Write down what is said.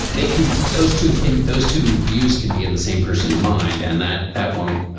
they can. those two point those two views can be in the same person's mind and that that won't